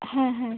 হ্যাঁ হ্যাঁ হ্যাঁ